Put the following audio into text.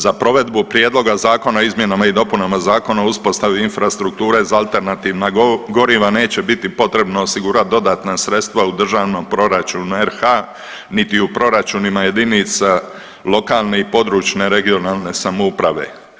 Za provedbu prijedloga zakona o izmjenama i dopunama Zakona o uspostavi infrastrukture za alternativna goriva neće biti potrebno osigurati dodatna sredstva u državnom proračunu RH, niti u proračunima jedinica lokalne i područne (regionalne) samouprave.